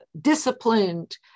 disciplined